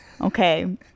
Okay